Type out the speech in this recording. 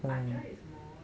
acar is more